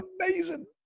amazing